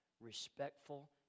respectful